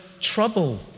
trouble